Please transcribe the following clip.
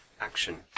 action